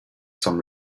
some